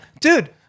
dude